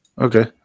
Okay